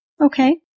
Okay